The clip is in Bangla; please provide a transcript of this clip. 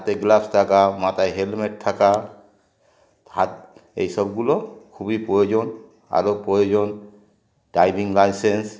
হাতে গ্লাভস থাকা মাথায় হেলমেট থাকা হাত এইসবগুলো খুবই প্রয়োজন আরও প্রয়োজন ড্রাইভিং লাইসেন্স